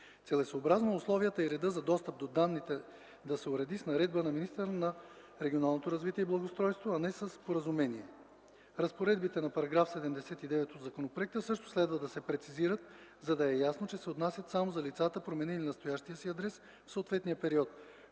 Целесъобразно е условията и редът за достъп до данните да се уредят с наредба на министъра на регионалното развитие и благоустройството, а не със споразумение. Разпоредбите на § 79 от законопроекта също следва да се прецизират, за да е ясно, че се отнасят само за лицата, променили настоящия си адрес в съответния период,